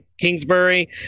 kingsbury